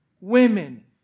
women